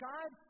God